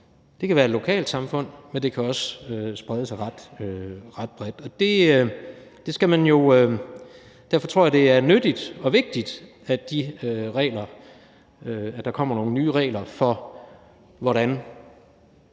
forhold til et lokalsamfund, men det kan også sprede sig ret bredt. Derfor tror jeg, at det er nyttigt og vigtigt, at der kommer nogle nye regler for, hvordan